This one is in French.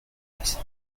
voisin